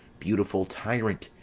beautiful tyrant!